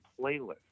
playlist